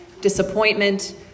disappointment